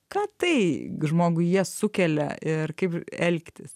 ką tai žmogui jie sukelia ir kaip elgtis